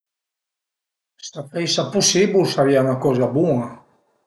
S'a föisa pusibul a sarìa 'na coza bun-a